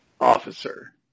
officer